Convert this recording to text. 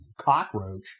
Cockroach